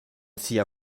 sia